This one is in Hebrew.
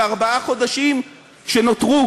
לארבעת החודשים שנותרו,